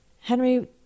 Henry